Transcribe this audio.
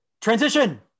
Transition